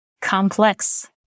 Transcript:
complex